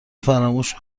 فراموش